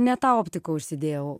ne tą optiką užsidėjau